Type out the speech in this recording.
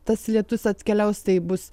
tas lietus atkeliaus tai bus